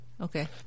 Okay